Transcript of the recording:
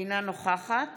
אינה נוכחת